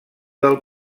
del